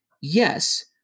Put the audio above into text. yes